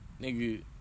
Nigga